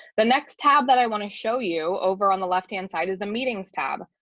the next tab that i want to show you over on the left hand side is the meetings tab.